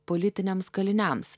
politiniams kaliniams